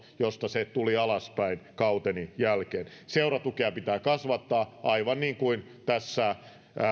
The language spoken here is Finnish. josta se tuli alaspäin kauteni jälkeen seuratukea pitää kasvattaa aivan niin kuin tässä